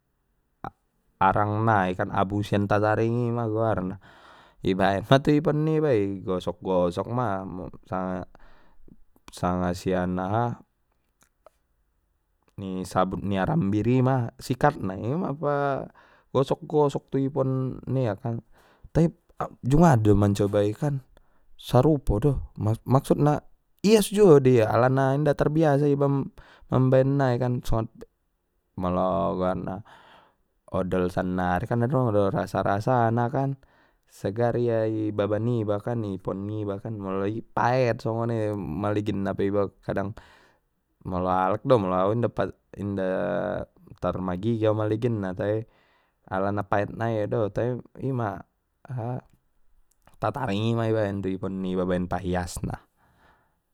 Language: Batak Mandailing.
Arang nai kan abu sian tataring goarna ibaen ma tu ipon niba i igosok gosok ma sanga-sanga sian aha ni sabut ni arambir i ma sikatna ima pa gosok-gosok tu ipon nia kan tai jungada au mancoba i kan sarupo do ias juo de ia alana inda tarbiasa iba mambaen nai kan molo goarna odol sannari kan adong do rasana rasana kan segar ia ibaba niba kan i ipon niba kan molo i paet songoni maligin na pe iba kadang molo alak do molo au inda tar ma gigi au maliginna tai alana paet nai tai ima aha tataring ima ibaen tu hipon niba baen paias na.